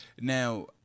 Now